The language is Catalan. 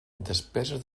despeses